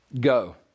go